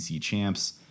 champs